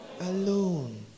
alone